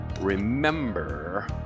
remember